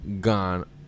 gone